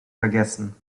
gegessen